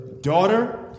Daughter